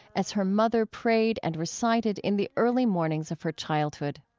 as her mother prayed and recited in the early mornings of her childhood